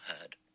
heard